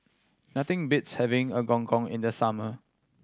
nothing beats having a Gong Gong in the summer